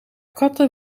katten